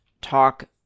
talk